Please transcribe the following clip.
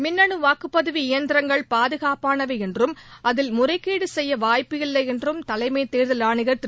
மின்னனு வாக்குப்பதிவு எந்திரங்கள் பாதுகாப்பானவை என்றும் அதில் முறைகேடு செய்ய வாய்ப்பில்லை என்றும் தலைமை தேர்தல் ஆணையர் திரு